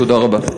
תודה רבה.